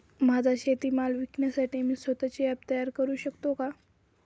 माझा शेतीमाल विकण्यासाठी मी स्वत:चे ॲप तयार करु शकतो का?